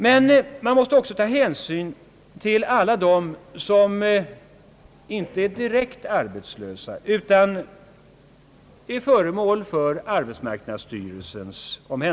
Men man måste också ta hänsyn till alla dem som inte är direkt arbetslösa utan tagits om hand av arbetsmarknadsstyrelsen.